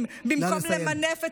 אבל במשפחת